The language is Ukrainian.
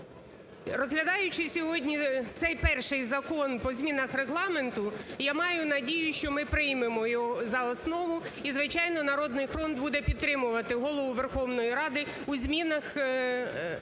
Розглядаючи сьогодні цей перший закон по змінах Регламенту, я маю надію, що ми приймемо його за основу і, звичайно, "Народний фронт" буде підтримувати Голову Верховної Ради у змінах і